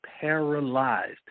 paralyzed